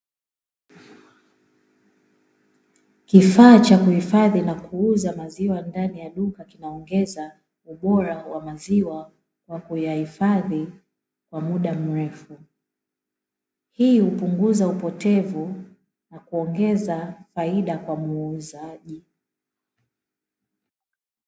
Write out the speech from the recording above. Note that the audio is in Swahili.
Kifaa cha kuhifadhi na kuuza maziwa ndani ya duka kinaongeza ubora wa maziwa kwa kuyahifadhi kwa muda mrefu. Hii hupunguza upotevu na kuongeza faida kwa muuzaji.